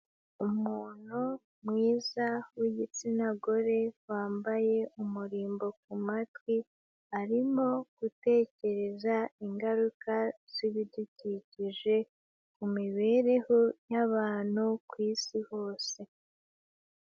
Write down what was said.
Umuntu mwiza w'igitsina gore wambaye umurimbo ku matwi, arimo gutekereza ingaruka zibidukikije ku mibereho y'abantu ku Isi hose.